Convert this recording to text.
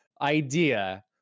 idea